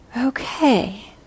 Okay